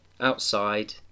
outside